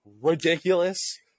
ridiculous